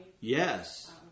Yes